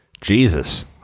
Jesus